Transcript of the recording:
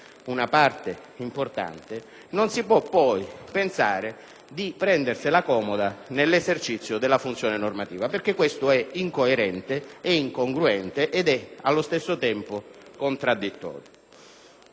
una parte importante - non si può poi pensare di prendersela comoda nell'esercizio della funzione normativa, perché ciò è incoerente, incongruente e, allo stesso tempo, contraddittorio.